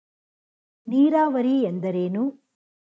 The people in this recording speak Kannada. ನೀರಾವರಿ ಎಂದರೇನು?